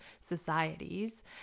societies